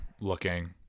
looking